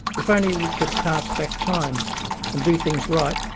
if only we could cast back time and do things right,